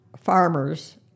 farmers